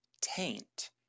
taint